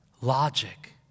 logic